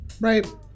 right